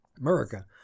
America